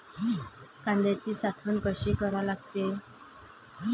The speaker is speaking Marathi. कांद्याची साठवन कसी करा लागते?